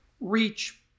reach